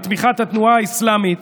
בתמיכת התנועה האסלאמית